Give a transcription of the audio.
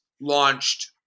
launched